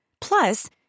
Plus